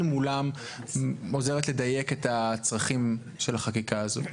מולם עוזרת לדייק את הצרכים של החקיקה הזאת.